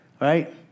Right